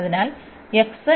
അതിനാൽ x